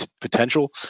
potential